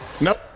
Nope